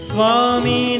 Swami